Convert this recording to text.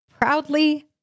proudly